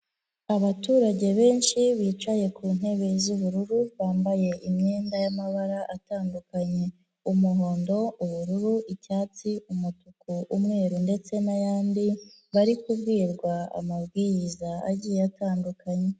Abaturage benshi bicaye ku ntebe z'ubururu, bambaye imyenda y'amabara atandukanye, umuhondo, ubururu, icyatsi, umutuku, umweru ndetse n'ayandi bari kubwirwa amabwiriza agiye atandukanye.